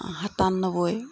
সাতান্নব্বৈ